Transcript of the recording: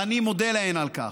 ואני מודה להן על כך.